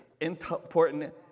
important